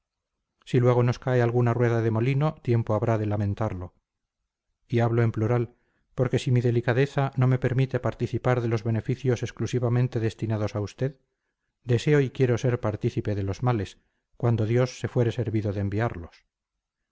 si luego nos cae alguna rueda de molino tiempo habrá de lamentarlo y hablo en plural porque si mi delicadeza no me permite participar de los beneficios exclusivamente destinados a usted deseo y quiero ser partícipe de los males cuando dios se fuere servido de enviarlos